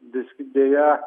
visgi deja